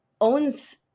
owns